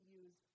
use